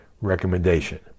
recommendation